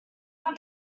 have